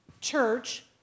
church